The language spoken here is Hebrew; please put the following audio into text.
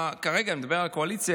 כרגע אני מדבר על הקואליציה,